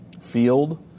field